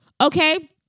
okay